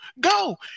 Go